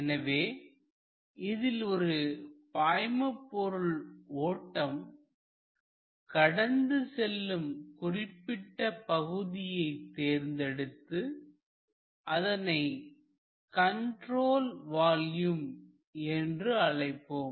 எனவே இதில் ஒரு பாய்மபொருள் ஓட்டம் கடந்து செல்லும் குறிப்பிட்ட பகுதியை தேர்ந்தெடுத்து அதனை கண்ட்ரோல் வால்யூம் என்று அழைப்போம்